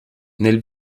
nel